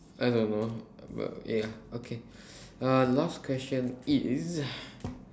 I don't know b~ but ya okay uh last question is